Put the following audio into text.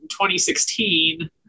2016